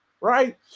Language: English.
right